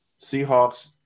Seahawks